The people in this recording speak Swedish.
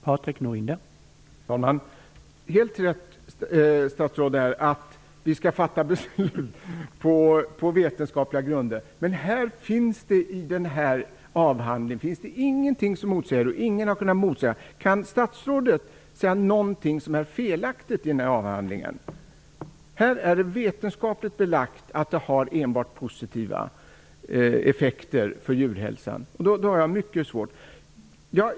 Herr talman! Det är helt rätt, statsrådet, att vi skall fatta beslut på vetenskapliga grunder. Men i den här avhandlingen finns det ingenting motsägande. Kan statsrådet hitta någonting som är felaktigt i avhandlingen? Där är det vetenskapligt belagt att kodressörer har enbart positiva effekter på djurhälsan. Då har jag mycket svårt att förstå varför.